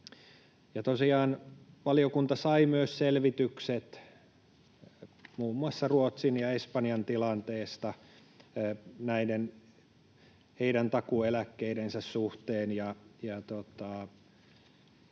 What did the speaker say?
Tosiaan valiokunta sai myös selvitykset muun muassa Ruotsin ja Espanjan tilanteesta heidän takuueläkkeidensä suhteen.